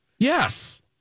Yes